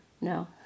No